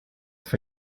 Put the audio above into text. for